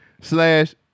slash